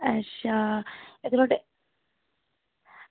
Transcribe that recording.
अच्छा इक्क मिंट